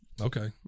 Okay